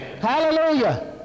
Hallelujah